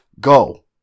go